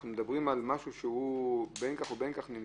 זה משהו שהוא בין כה וכה נמצא.